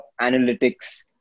analytics